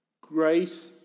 grace